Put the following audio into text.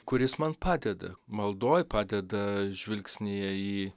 kuris man padeda maldoj padeda žvilgsnyje į